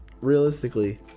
realistically